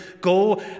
go